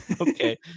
Okay